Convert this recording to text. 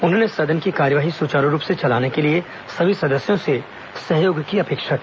उन्होंने सदन की कार्यवाही सुचारू रूप से चलाने के लिए सभी सदस्यों से सहयोग की अपेक्षा की